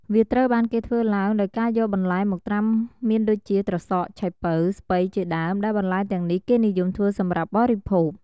វាត្រូវបានគេធ្វើឡើងដោយការយកបន្លែមកត្រាំមានដូចជា ត្រសក់ ឆៃប៉ូវ ស្ពៃជាដេីម ដែលបន្លែទាំងនេះគេនិយមធ្វេីសម្រាប់បរិភោគ។